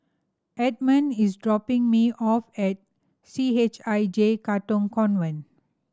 Edmon is dropping me off at C H I J Katong Convent